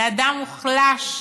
לאדם מוחלש,